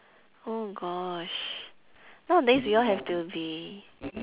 oh gosh nowadays we all have to be